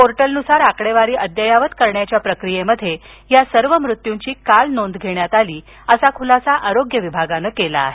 पोर्टलनुसार आकडेवारी अद्ययावत करण्याच्या प्रक्रियेमध्ये या सर्व मृत्यूंची नोंद काल घेण्यात आली असा खुलासा आरोग्य विभागानं केला आहे